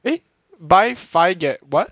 eh buy five get what